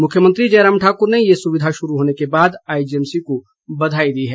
मुख्यमंत्री जयराम ठाकुर ने ये सुविधा शुरू होने के बाद आईजीएमसी को बधाई दी है